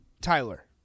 Tyler